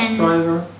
driver